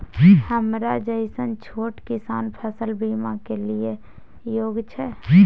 हमरा जैसन छोट किसान फसल बीमा के लिए योग्य छै?